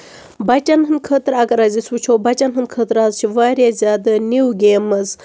بَچن ہٕنٛد خٲطرٕ اَگر حظ أسۍ وٕچھو بَچَن ہٕنٛد خٲطرٕ حظ چھِ واریاہ زیادٕ نِو گیمٕز